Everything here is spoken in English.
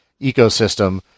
ecosystem